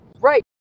Right